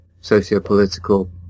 socio-political